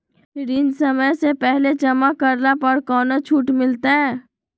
ऋण समय से पहले जमा करला पर कौनो छुट मिलतैय?